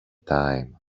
time